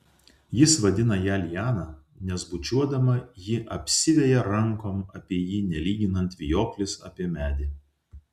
jis vadina ją liana nes bučiuodama ji apsiveja rankom apie jį nelyginant vijoklis apie medį